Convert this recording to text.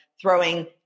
throwing